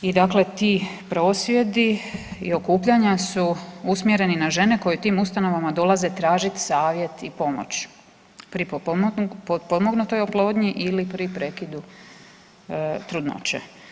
I dakle ti prosvjedi i okupljanja su usmjereni na žene koje u tim ustanovama dolaze tražiti savjet i pomoć pri potpomognutoj oplodnji ili pri prekidu trudnoće.